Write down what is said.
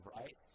right